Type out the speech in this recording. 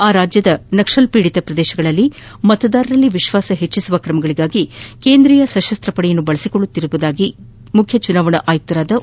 ಆ ರಾಜ್ಯದ ನಕ್ಖಲ್ ಪೀಡಿತ ಪ್ರದೇಶಗಳಲ್ಲಿ ಮತದಾರರಲ್ಲಿ ವಿಶ್ವಾಸವೃದ್ದಿ ಕ್ರಮಗಳಿಗಾಗಿ ಕೇಂದ್ರೀಯ ಸಶಸ್ತ್ರ ಪಡೆಗಳನ್ನು ಬಳಸಿಕೊಳ್ಳುತ್ತಿರುವುದಾಗಿ ಮುಖ್ಯ ಚುನಾವಣಾ ಆಯುಕ್ತ ಒ